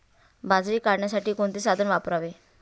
बाजरी काढण्यासाठी कोणते साधन वापरावे?